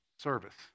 Service